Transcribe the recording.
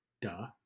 duh